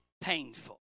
painful